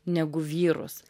negu vyrus